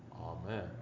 Amen